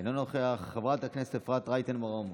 אינו נוכח, חברת הכנסת אפרת רייטן מרום,